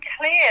clear